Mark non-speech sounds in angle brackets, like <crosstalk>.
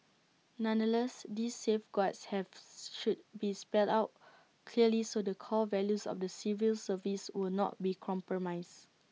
nonetheless these safeguards have <noise> should be spelled out clearly so the core values of the civil service would not be compromised